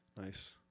Nice